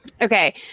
okay